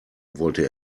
wollte